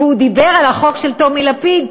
כי הוא דיבר על החוק של טומי לפיד,